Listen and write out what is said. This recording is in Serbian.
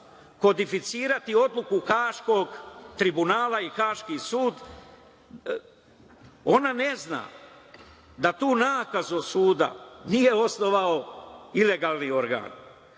kodificirati odluku Haškog tribunala i Haški sud. Ona ne zna da tu nakazu od suda nije osnovao ilegalni organ.